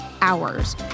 hours